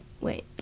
wait